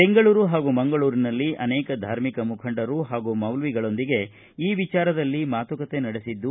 ಬೆಂಗಳೂರು ಹಾಗೂ ಮಂಗಳೂರಿನಲ್ಲಿ ಅನೇಕ ಧಾರ್ಮಿಕ ಮುಖಂಡರು ಹಾಗೂ ಮೌಲ್ವಿಗಳೊಂದಿಗೆ ಈ ವಿಚಾರದಲ್ಲಿ ಮಾತುಕತೆ ನಡೆಸಿದ್ದು